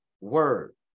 word